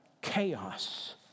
Chaos